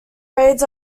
raids